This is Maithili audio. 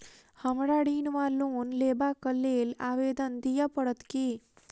हमरा ऋण वा लोन लेबाक लेल आवेदन दिय पड़त की?